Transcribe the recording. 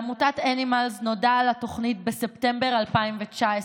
לעמותת אנימלס נודע על התוכנית בספטמבר 2019,